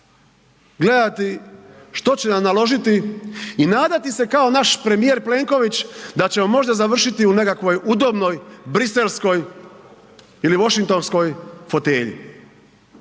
gledati što će nam naložiti i nadati se kao naš premijer Plenković da ćemo možda završiti u nekakvoj udobnoj briselskoj ili vošingtonskoj fotelji.